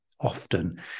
often